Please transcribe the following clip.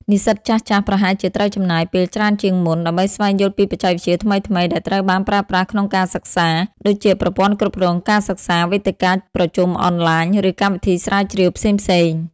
និស្សិតចាស់ៗប្រហែលជាត្រូវចំណាយពេលច្រើនជាងមុន ដើម្បីស្វែងយល់ពីបច្ចេកវិទ្យាថ្មីៗដែលត្រូវបានប្រើប្រាស់ក្នុងការសិក្សា ដូចជាប្រព័ន្ធគ្រប់គ្រងការសិក្សា វេទិកាប្រជុំអនឡាញ ឬកម្មវិធីស្រាវជ្រាវផ្សេងៗ។